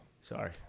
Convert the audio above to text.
Sorry